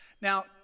Now